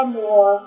more